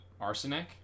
Arsenic